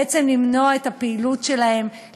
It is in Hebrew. בעצם למנוע את הפעילות שלהן,